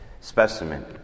specimen